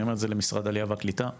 אני אומר את זה למשרד העלייה והקליטה ולשר.